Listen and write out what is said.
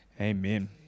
Amen